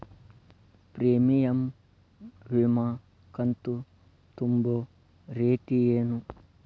Premium ವಿಮಾ ಕಂತು ತುಂಬೋ ರೇತಿ ಏನು?